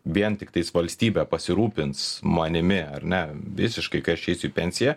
vien tiktais valstybė pasirūpins manimi ar ne visiškai kai aš eisiu į pensiją